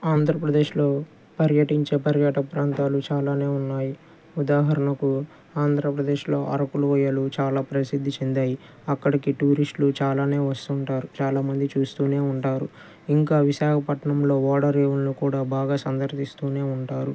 ఆంధ్రప్రదేశ్లో పర్యటించే పర్యాటక ప్రాంతాలు చాలానే ఉన్నాయి ఉదాహరణకు ఆంధ్రప్రదేశ్లో అరకు లోయలు చాలా ప్రసిద్ధి చెందాయి అక్కడికి టూరిస్టులు చాలానే వస్తూ ఉంటారు చాలా మంది చూస్తూనే ఉంటారు ఇంకా విశాఖపట్టణంలో ఓడ రేవులను కూడా బాగా సందర్శిస్తూనే ఉంటారు